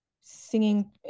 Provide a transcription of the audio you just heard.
singing